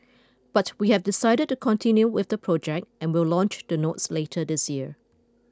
but we have decided to continue with the project and will launch the notes later this year